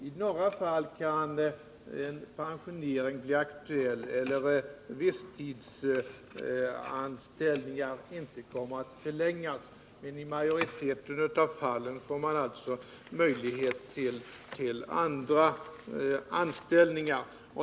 I några fall kan en pensionering bli aktuell, och det kan hända att somliga visstidsanställningar inte förlängs. Men i majoriteten av fallen ges alltså möjlighet till andra anställningar.